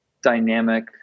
dynamic